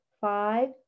five